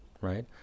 right